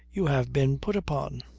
you have been put upon.